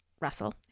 russell